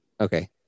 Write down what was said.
Okay